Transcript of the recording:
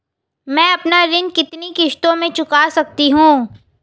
मैं अपना ऋण कितनी किश्तों में चुका सकती हूँ?